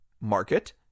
market